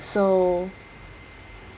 so